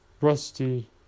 rusty